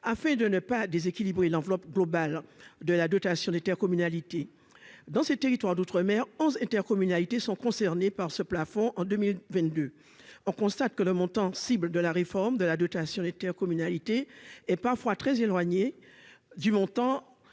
afin de ne pas déséquilibrer l'enveloppe globale de la dotation d'intercommunalité dans ces territoires d'outre-mer, 11 intercommunalité sont concernés par ce plafond en 2022, on constate que le montant cibles de la réforme de la dotation d'intercommunalité et parfois très éloigné du montant